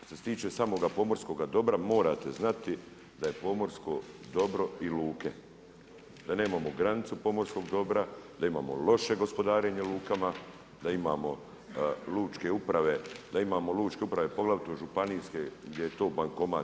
Što se tiče samoga pomorskoga dobra morate znati da je pomorsko dobro i luke, da nemamo granicu pomorskog dobra, da imamo loše gospodarenje lukama, da imamo lučke uprave, da imamo lučke uprave poglavito županijske gdje je to bankomat.